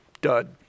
dud